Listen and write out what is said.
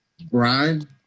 Brian